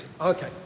Okay